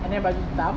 and then baju hitam